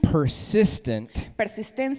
persistent